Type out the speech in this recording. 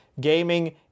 gaming